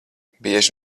bieži